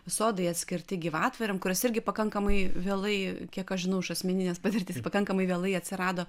sodai atskirti gyvatvorėm kurios irgi pakankamai vėlai kiek aš žinau iš asmeninės patirties pakankamai vėlai atsirado